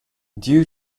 due